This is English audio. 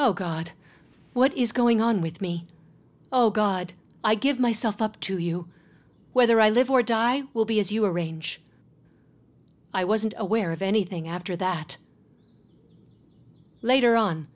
oh god what is going on with me oh god i give myself up to you whether i live or die will be as you arrange i wasn't aware of anything after that later on